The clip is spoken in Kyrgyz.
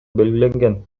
белгиленген